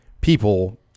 people